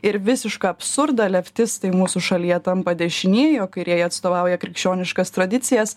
ir visišką absurdą leftistai mūsų šalyje tampa dešinieji o kairieji atstovauja krikščioniškas tradicijas